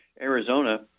Arizona